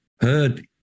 heard